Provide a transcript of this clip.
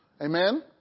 Amen